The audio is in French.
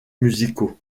musicaux